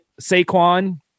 Saquon